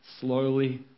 slowly